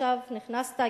עכשיו נכנסת,